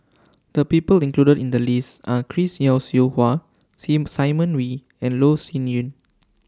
The People included in The list Are Chris Yeo Siew Hua Simon Wee and Loh Sin Yun